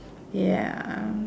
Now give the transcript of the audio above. ya